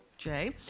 Jay